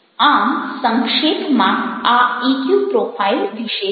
આમ સંક્ષેપમાં આ ઇક્યુ પ્રોફાઇલ વિશે છે